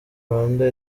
rwanda